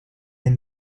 into